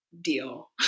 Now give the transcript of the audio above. deal